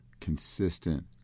consistent